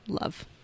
Love